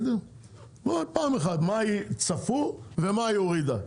רק פעם אחת, מה הם צפו ומה היא הורידה?